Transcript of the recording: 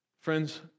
Friends